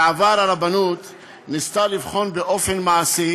בעבר הרבנות ניסתה לבחון באופן מעשי